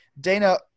Dana